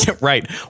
Right